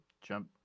Jump